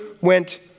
went